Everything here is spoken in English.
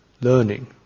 Learning